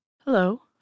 Hello